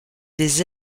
des